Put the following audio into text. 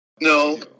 No